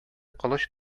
кылыч